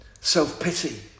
self-pity